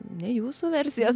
ne jūsų versijos